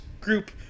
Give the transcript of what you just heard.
group